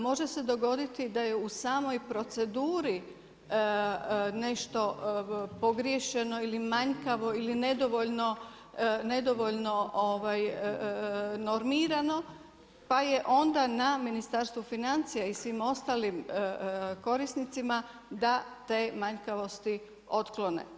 Može se dogoditi da je u samoj proceduri nešto pogriješeno ili manjkavo ili nedovoljno normirano, pa je onda na Ministarstvu financija i svim ostalim korisnicima da te manjkavosti otklone.